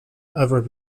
ever